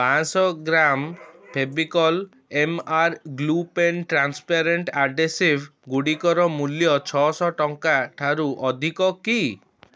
ପାଞ୍ଚଶହ ଗ୍ରା Fevicol M R glue pen transparent adhesive ଗୁଡ଼ିକର ମୂଲ୍ୟ ଛଅଶହ ଟଙ୍କା ଠାରୁ ଅଧିକ କି